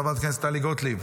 חברת הכנסת טלי גוטליב,